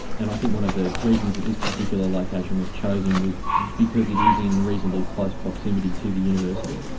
and i think one of the reasons that this particular location was chosen was because it is in reasonably close proximity to the university.